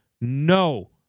No